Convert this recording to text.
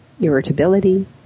irritability